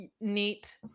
neat